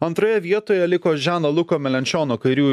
antroje vietoje liko žano luko melenčiono kairių